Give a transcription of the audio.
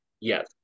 Yes